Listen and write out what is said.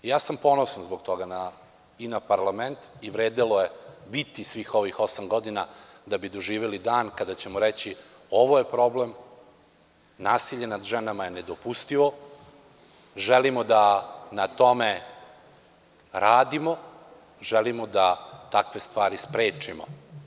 Ja sam ponosan zbog toga i na parlament i vredelo je biti svih ovih osam godina, da bi doživeli dan kada ćemo reći – ovo je problem, nasilje nad ženama je nedopustivo, želimo da na tome radimo, želimo da takve stvari sprečimo.